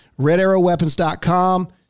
RedArrowWeapons.com